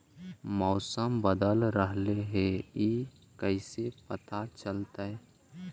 मौसम बदल रहले हे इ कैसे पता चलतै?